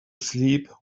sleep